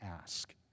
ask